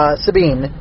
Sabine